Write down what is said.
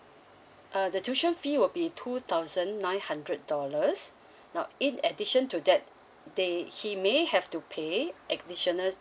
uh the tuition fee will be two thousand nine hundred dollars no in addition to that they he may have to pay additional